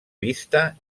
vista